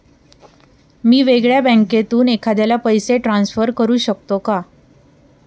मी वेगळ्या बँकेतून एखाद्याला पैसे ट्रान्सफर करू शकतो का?